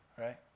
right